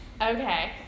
okay